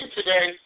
today